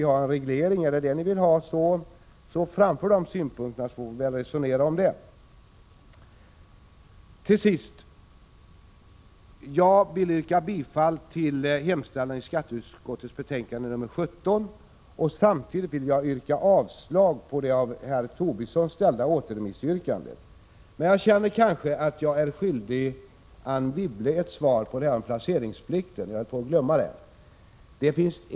1986/87:48 framföra de synpunkterna, så får vi resonera om saken. 12 december 1986 Till sist: Jag vill yrka bifall till hemställan i skatteutskottets betänkande nr Jag känner att jag är skyldig Anne Wibble ett svar beträffande placeringsringsbolag, m.m. plikten.